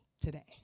today